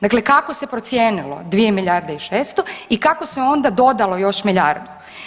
Dakle kako se procijenilo 2 milijarde i 600, i kako se onda dodalo još milijardu.